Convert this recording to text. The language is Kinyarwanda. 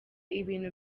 ibintu